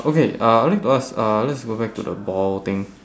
okay uh I need to ask uh let's go back to the ball thing